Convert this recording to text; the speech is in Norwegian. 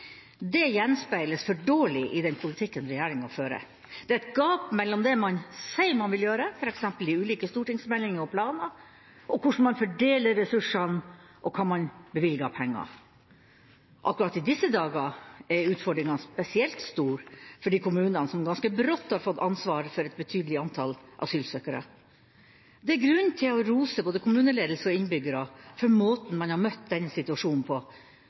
Det gjenspeiles for dårlig i den politikken regjeringa fører. Det er et gap mellom det man sier man vil gjøre, f.eks. i ulike stortingsmeldinger og planer, og hvordan man fordeler ressursene og hva man bevilger av penger. Akkurat i disse dager er utfordringene spesielt store for de kommunene som ganske brått har fått ansvar for et betydelig antall asylsøkere. Det er grunn til å rose både kommuneledelse og innbyggere for måten man har møtt denne situasjonen på,